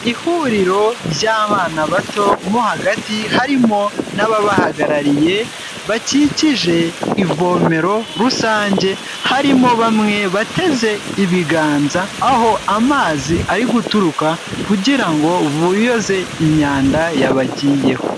Ihuriro ry'abana bato mo hagati harimo n'ababahagarariye, bakikije ivomero rusange harimo bamwe bateze ibiganza aho amazi ari guturuka kugira ngo biyoze imyanda yabagiyeho.